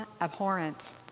abhorrent